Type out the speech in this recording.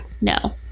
no